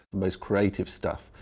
the most creative stuff,